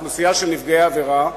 אוכלוסייה של נפגעי עבירה,